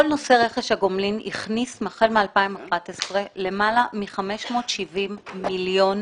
כל נושא רכש הגומלין הכניס החל מ-2011 למעלה מ-570 מיליון